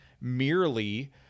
merely